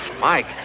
mike